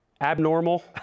Abnormal